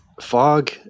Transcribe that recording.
Fog